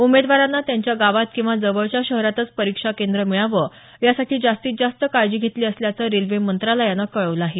उमेदवारांना त्यांच्या गावात किंवा जवळच्या शहरातच परीक्षा केंद्र मिळावं यासाठी जास्तीत जास्त काळजी घेतली असल्याचं रेल्वे मंत्रालयानं कळवलं आहे